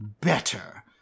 better